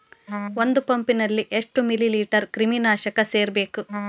ಒಂದ್ ಪಂಪ್ ಗೆ ಎಷ್ಟ್ ಮಿಲಿ ಲೇಟರ್ ಕ್ರಿಮಿ ನಾಶಕ ಸೇರಸ್ಬೇಕ್?